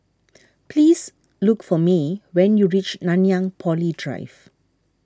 please look for Mae when you reach Nanyang Poly Drive